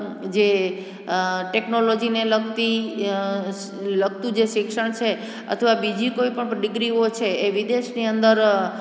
જે ટેકનોલોજીને લગતી લગતું જે શિક્ષણ છે અથવા બીજી કોઈપણ ડિગ્રીઓ છે એ વિદેશની અંદર